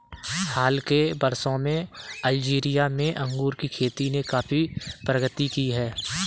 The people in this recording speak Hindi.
हाल के वर्षों में अल्जीरिया में अंगूर की खेती ने काफी प्रगति की है